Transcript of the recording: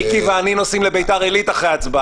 מיקי ואני נוסעים לביתר עלית אחרי ההצבעה.